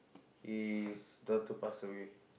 his daughter pass away